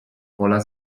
pola